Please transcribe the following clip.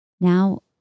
Now